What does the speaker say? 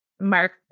Mark